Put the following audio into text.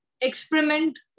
experiment